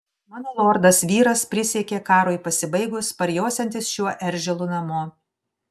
mano lordas vyras prisiekė karui pasibaigus parjosiantis šiuo eržilu namo